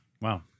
Wow